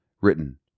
Written